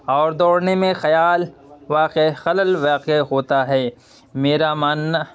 اور دوڑنے میں خیال واقع خلل واقع ہوتا ہے میرا ماننا